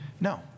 No